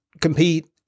compete